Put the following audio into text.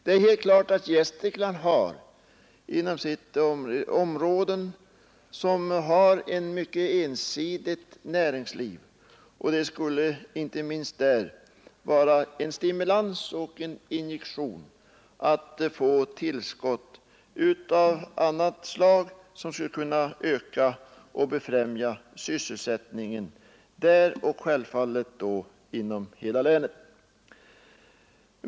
Det är helt klart att Gästrikland inom sitt område har betydande inslag av ensidigt näringsliv, och det skulle inte minst därför vara en stimulans och en injektion att få tillskott av annat slag, som skulle kunna öka och befrämja sysselsättningen inom hela länet.